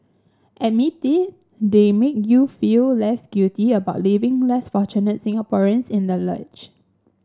admit it they make you feel less guilty about leaving less fortunate Singaporeans in the lurch